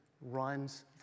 runs